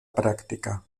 práctica